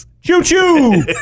Choo-choo